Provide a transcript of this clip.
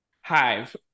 Hive